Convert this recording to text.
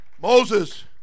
Moses